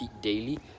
daily